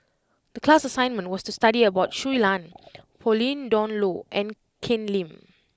the class assignment was to study about Shui Lan Pauline Dawn Loh and Ken Lim